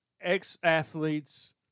ex-athletes